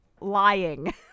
lying